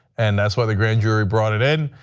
and that's why the grand jury brought it in.